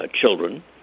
children